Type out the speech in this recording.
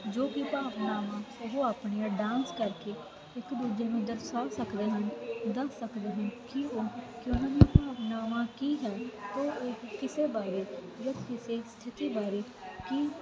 ਜੋ ਕਿ ਭਾਵਨਾਵਾਂ ਉਹ ਆਪਣੀਆਂ ਡਾਂਸ ਕਰਕੇ ਇੱਕ ਦੂਜੇ ਨੂੰ ਦਰਸਾ ਸਕਦੇ ਹਨ ਦੱਸ ਸਕਦੇ ਹਨ ਕਿ ਉਹ ਕਿ ਉਹਨਾਂ ਦੀਆਂ ਭਾਵਨਾਵਾਂ ਕੀ ਹੈ ਤੋ ਉਹ ਕਿਸੇ ਬਾਰੇ ਜਾਂ ਕਿਸੇ ਸਥਿਤੀ ਬਾਰੇ ਕੀ